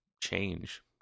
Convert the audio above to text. change